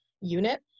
unit